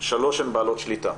שלוש הן בעלות שליטה.